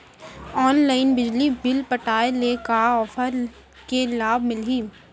Online बिजली bill पटाय ले का का ऑफ़र के लाभ मिलही?